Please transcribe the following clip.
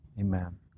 Amen